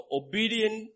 obedient